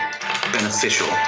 beneficial